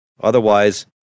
Otherwise